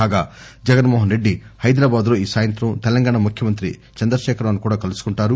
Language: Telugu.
కాగా జగన్మోహన్ రెడ్డి పైదరాబాద్ లో ఈ సాయంత్రం తెలంగాణ ముఖ్యమంత్రి చంద్రకేఖరరావు ను కూడా కలుసుకుంటారు